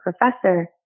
professor